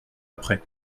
après